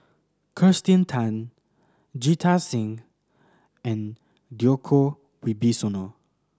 Kirsten Tan Jita Singh and Djoko Wibisono